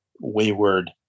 wayward